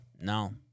no